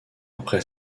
après